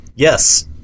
Yes